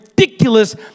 Ridiculous